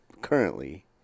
currently